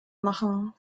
machen